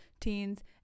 teens